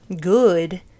good